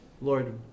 Lord